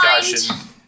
discussion